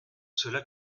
cela